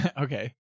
Okay